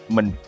Mình